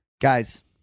Guys